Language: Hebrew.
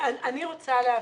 אני רוצה להבין,